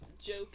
joke